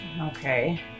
okay